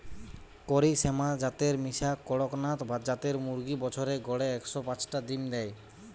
কারি শ্যামা জাতের মিশা কড়কনাথ জাতের মুরগি বছরে গড়ে একশ পাচটা ডিম দেয়